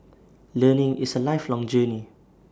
learning is A lifelong journey